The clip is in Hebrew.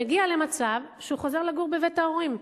מגיע למצב שהוא חוזר לגור בבית ההורים.